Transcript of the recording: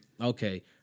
Okay